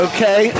Okay